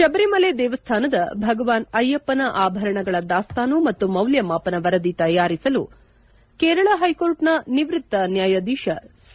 ಶಬರಿಮಲೆ ದೇವಸ್ಥಾನದ ಭಗವಾನ್ ಅಯ್ಲಪ್ತನ ಆಭರಣಗಳ ದಾಸ್ತಾನು ಮತ್ತು ಮೌಲ್ಲಮಾಪನ ವರದಿ ತಯಾರಿಸಲು ಕೇರಳ ಹೈಕೋರ್ಟ್ನ ನಿವೃಕ್ತ ನ್ಯಾಯಾಧೀಶ ಸಿ